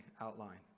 outline